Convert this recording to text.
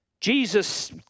Jesus